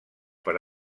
per